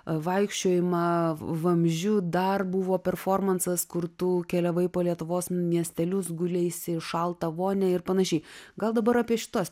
vaikščiojimą vamzdžiu dar buvo performansas kur tu keliavai po lietuvos miestelius guleisi į šaltą vonią ir panašiai gal dabar apie šituos